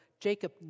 Jacob